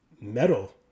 metal